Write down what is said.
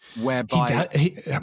whereby